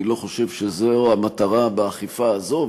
אני לא חושב שזו המטרה באכיפה הזו,